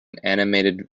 animated